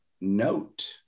note